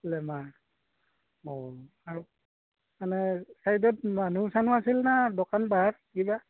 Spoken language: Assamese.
গ্লেমাৰ অঁ আৰু মানে চাইডত মানুহ চানুহ আছিল না দোকান পোহাৰ কিবা